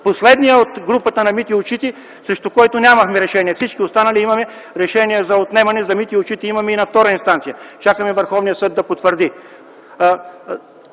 последният от групата на Митьо Очите, срещу когото нямахме решение. За всички останали имаме решения за отнемане. За Митьо Очите имаме и на втора инстанция. Чакаме Върховният съд да потвърди.